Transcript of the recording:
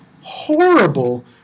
horrible